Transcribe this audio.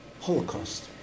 Holocaust